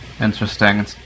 interesting